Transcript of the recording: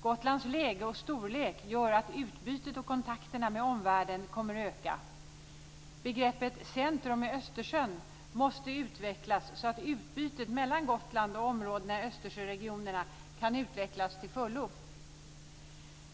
Gotlands läge och storlek gör att utbytet och kontakterna med omvärlden kommer att öka. Begreppet Centrum i Östersjön måste utvecklas så att utbytet mellan Gotland och områdena i Östersjöregionerna kan utvecklas till fullo.